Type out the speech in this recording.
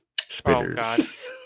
Spitters